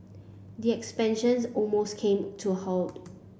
the expansions almost came to a halt